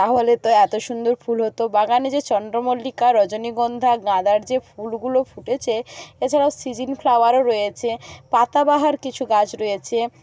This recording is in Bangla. তাহলে তো এত সুন্দর ফুল হতো বাগানে যে চন্দ্রমল্লিকা রজনীগন্ধা গাঁদার যে ফুলগুলো ফুটেছে এছাড়াও সিজিন ফ্লাওয়ারও রয়েছে পাতাবাহার কিছু গাছ রয়েছে